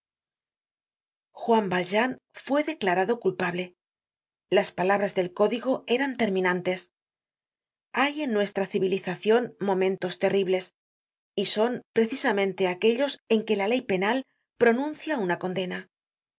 juan valjean fue declarado culpado las palabras del código eran terminantes hay en nuestra civilizacion momentos terribles y son precisamente aquellos en que la ley penal pronuncia una condena